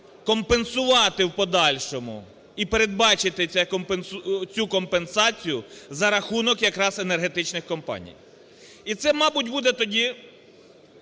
компенсувати в подальшому і передбачити цю компенсацію за рахунок якраз енергетичних компаній. І це, мабуть, буде тоді